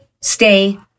stay